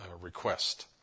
request